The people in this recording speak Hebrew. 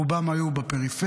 רובם היו בפריפריה,